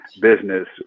business